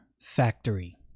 factory